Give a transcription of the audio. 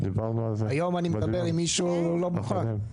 היום אני מדבר עם מישהו הוא לא מוכן.